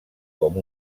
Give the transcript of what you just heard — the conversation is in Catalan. com